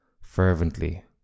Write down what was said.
fervently